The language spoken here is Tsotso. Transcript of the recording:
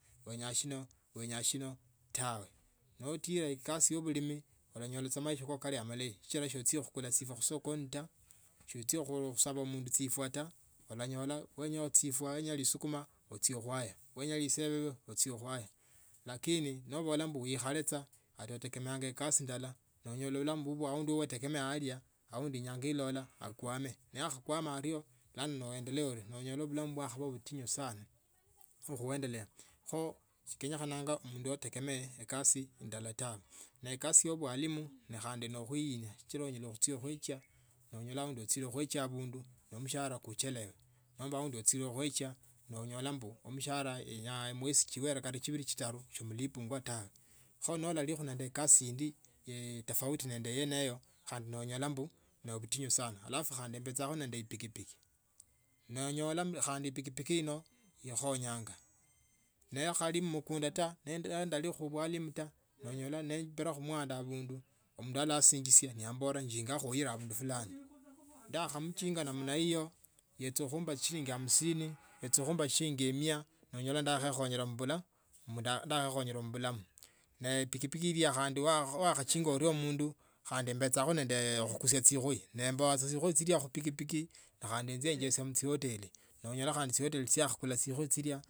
Wenya shino wenya shino tame notila kasi ya bolimi noonyala sa maisha kako nekali malayi nochenda soochia khukula chifwa msokoni ta sochiye khusaba chifwa ta olanyola noenya chifwanoenya usukuma ochie khuaga noenya ligiebebe ochieye khuaga lakini nobola uikhale butsa obotokhananga khukasi ndala onyola aundi ketege meanga aundi inyanga ilaola akwame naakwama ario base noonyola bulamu bakwaba butingu kheuendelea cho kenyakha mundu yetegemea khi kasi ndala tawe nekari ya bwalimu ne khandi nekhainia noochia lingali bulano nolola bulamu bubwo bwakaboa buyayi kho obulamu bulayi bwenya mwene uipange wenya khuipanga nolinende mkanda mtiti norakamo chifwa nobula mkunda nawara mpaka ubekho naabundu kidogo nobula mkundambu kholabe nowena khukodesia nooli na amapesa nooli ne shilingi elfu kumi nomba ishirino nookodesia mukundashinga elsie emala khukodesiakho mukunda shilingi chielfu chutanu noonyola engoderia mukindu nakhaini amo amagunia amagunia kata karono maguma sita.